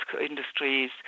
industries